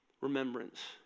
remembrance